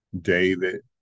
David